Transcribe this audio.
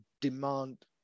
demand